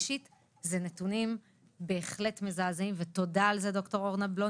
של הבירור היום אין עליו שום בקרה ושום